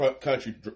country